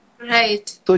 Right